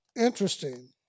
interesting